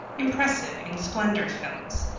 impressive in splendor-films.